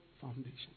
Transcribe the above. foundation